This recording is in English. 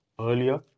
earlier